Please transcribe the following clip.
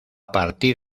partir